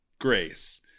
Grace